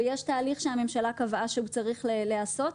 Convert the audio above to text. ויש תהליך שהממשלה קבעה שצריך להיעשות.